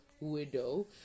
Widow